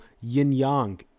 yin-yang